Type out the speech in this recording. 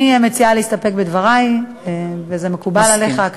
אני מציעה להסתפק בדברי, וזה מקובל עליך, מסכים.